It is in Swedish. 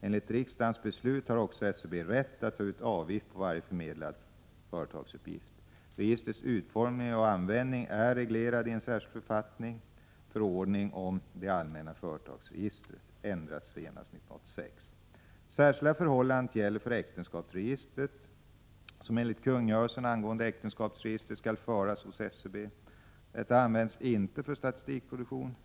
Enligt riksdagens beslut har också SCB rätt att ta ut avgift på varje förmedlad företagsuppgift. Registrets utformning och användning är reglerad i en särskild författning, förordningen om det allmänna företagsregistret . Särskilda förhållanden gäller för äktenskapsregistret, som enligt kungörelsen angående äktenskapsregistret skall föras hos SCB. Detta används inte för statistikproduktion.